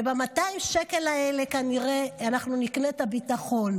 וב-200 שקל האלה אנחנו כנראה נקנה את הביטחון.